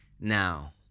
Now